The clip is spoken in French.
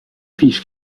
fiche